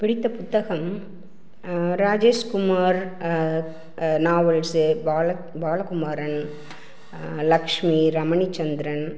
பிடித்த புத்தகம் ராஜேஷ் குமார் நாவல்ஸு பாலக் பாலகுமாரன் லட்சுமி ரமணிச்சந்திரன்